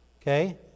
okay